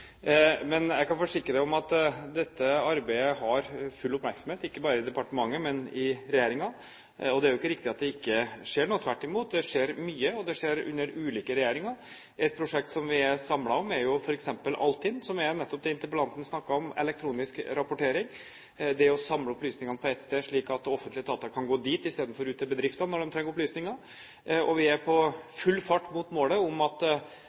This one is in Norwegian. Jeg kan forsikre om at dette arbeidet har full oppmerksomhet, ikke bare i departementet, men også i regjeringen. Det er ikke riktig at det ikke skjer noe. Tvert imot, det skjer mye, og det skjer under ulike regjeringer. Et prosjekt som vi er samlet om, er f.eks. Altinn, som er nettopp det interpellanten snakket om: elektronisk rapportering, å samle opplysningene på et sted, slik at offentlige etater kan gå dit i stedet for ut til bedriftene når de trenger opplysninger. Vi er på full fart mot målet om at